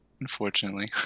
unfortunately